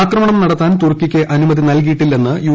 ആക്രമണം നടത്താൻ തുർക്കിക്ക് അനുമതി നൽകിയിട്ടില്ലെന്ന് യു